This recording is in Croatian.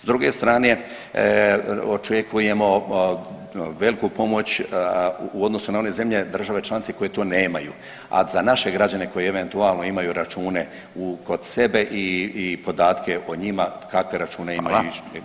S druge strane očekujemo veliku pomoć u odnosu na one zemlje države članice koje to nemaju, a za naše građane koji eventualno imaju račune u, kod sebe i podatke o njima kakve račune [[Upadica: Hvala.]] imaju